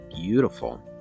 beautiful